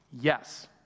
Yes